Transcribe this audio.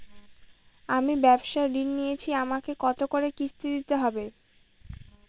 আমি ব্যবসার ঋণ নিয়েছি আমাকে কত করে কিস্তি দিতে হবে?